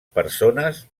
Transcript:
persones